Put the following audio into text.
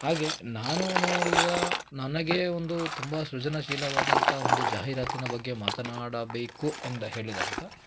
ಹಾಗೆ ನಾನು ನೋಡಿದ ನನಗೆ ಒಂದು ತುಂಬ ಸೃಜನಶೀಲವಾದಂಥ ಒಂದು ಜಾಹೀರಾತಿನ ಬಗ್ಗೆ ಮಾತನಾಡಬೇಕು ಎಂದು ಹೇಳಿದಾಗ